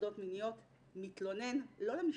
הטרדות מיניות מתלונן, לא למשטרה,